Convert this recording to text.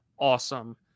awesome